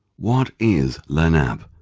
what is lanap?